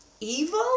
evil